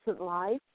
life